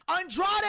Andrade